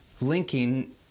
linking